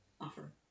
offer